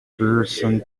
person